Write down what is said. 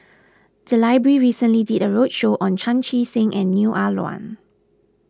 the library recently did a roadshow on Chan Chee Seng and Neo Ah Luan